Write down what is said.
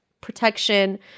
protection